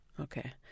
Okay